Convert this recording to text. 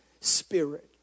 spirit